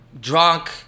Drunk